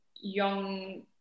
young